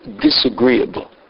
disagreeable